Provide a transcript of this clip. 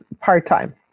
part-time